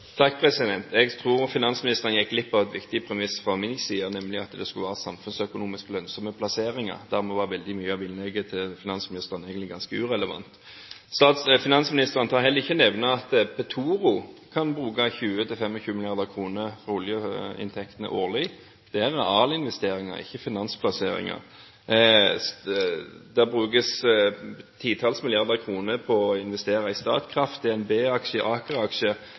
Jeg tror finansministeren gikk glipp av et viktig premiss fra min side, nemlig at det skulle være samfunnsøkonomisk lønnsomme plasseringer. Dermed var veldig mye av innlegget til finansministeren egentlig ganske irrelevant. Finansministeren tør heller ikke nevne at Petoro kan bruke 20–25 mrd. kr av oljeinntektene årlig. Det er realinvesteringer, ikke finansplasseringer. Det brukes titalls milliarder kroner på å investere i Statkraft, DNB-aksjer, Aker-aksjer, ja sågar SAS-aksjer kan en